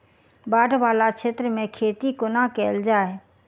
बाढ़ वला क्षेत्र मे खेती कोना कैल जाय?